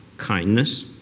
kindness